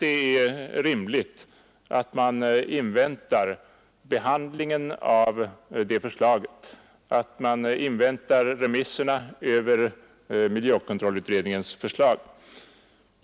Det är då rimligt att invänta remisserna med anledning av miljökontrollutredningens förslag och den behandling som de kan leda till.